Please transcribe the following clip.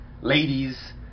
ladies